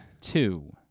Two